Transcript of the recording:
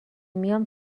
میام